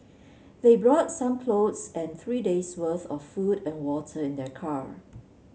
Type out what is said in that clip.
they brought some clothes and three days worth of food and water in their car